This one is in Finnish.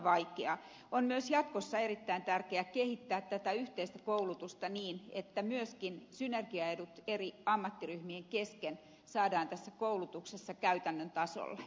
jatkossa on myös erittäin tärkeä kehittää tätä yhteistä koulutusta niin että myöskin synergiaedut eri ammattiryhmien kesken saadaan tässä koulutuksessa käytännön tasolle